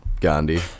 Gandhi